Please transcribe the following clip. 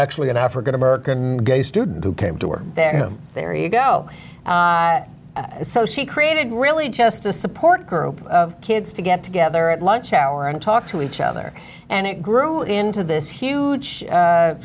actually an african american student who came to work that him there you go so she created really just a support group of kids to get together at lunch hour and talk to each other and it grew into this huge